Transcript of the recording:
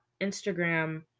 Instagram